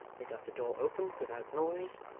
they got the door open without noise,